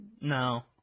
No